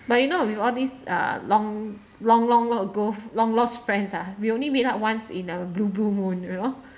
but you know with all these uh long long long ago long lost friends ah we only meet up once in a blue blue moon you know